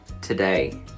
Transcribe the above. today